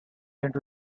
into